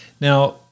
Now